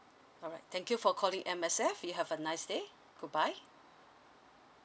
alright thank you for calling M_S_F you have a nice day goodbye